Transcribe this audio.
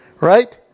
right